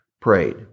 prayed